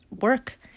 work